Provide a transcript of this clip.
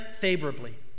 favorably